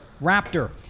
Raptor